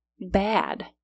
bad